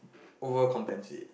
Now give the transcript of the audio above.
over compensate